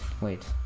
Wait